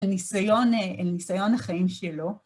הניסיון החיים שלו.